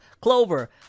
clover